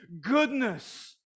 goodness